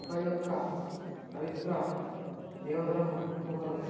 ఒకరి యొక్క పవిత్ర దేవతలను ఇంకొకరు